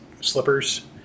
slippers